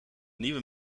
nieuwe